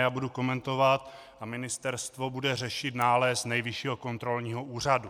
Já budu komentovat a Ministerstvo bude řešit nález Nejvyššího kontrolního úřadu.